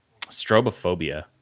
Strobophobia